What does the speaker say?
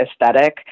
aesthetic